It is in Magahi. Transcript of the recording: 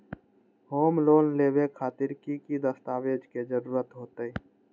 होम लोन लेबे खातिर की की दस्तावेज के जरूरत होतई?